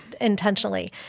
intentionally